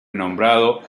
nombrado